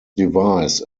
device